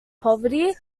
poverty